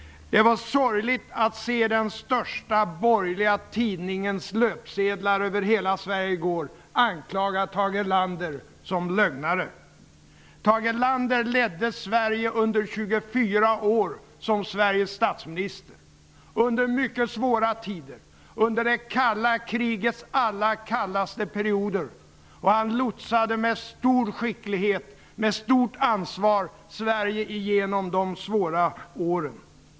Det var sorgligt att se den största borgerliga tidningens löpsedlar över hela Sverige i går anklaga Tage Erlander för att ha varit lögnare. Tage Erlander ledde Sverige under 24 år som Sveriges statsminister under mycket svåra tider, under det kalla krigets allra kallaste perioder. Han lotsade med stor skicklighet och stort ansvar Sverige igenom de svåra åren.